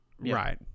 right